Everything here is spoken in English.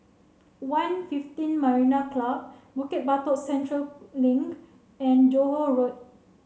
One Fifteen Marina Club Bukit Batok Central Link and Johore Road